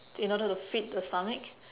in order to feed the stomach